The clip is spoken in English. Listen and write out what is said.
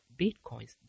bitcoins